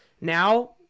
now